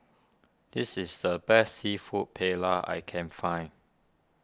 this is the best Seafood Paella I can find